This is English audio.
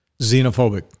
xenophobic